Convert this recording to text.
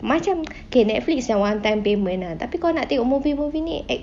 macam okay Netflix is a one time payment uh tapi kalau nak tengok movie movie ni e~